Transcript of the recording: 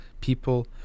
people